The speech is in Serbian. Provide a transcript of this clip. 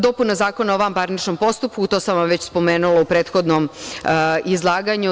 Dopuna Zakona o vanparničnom postupku, to sam već spomenula u prethodnom izlaganju.